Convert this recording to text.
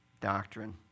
doctrine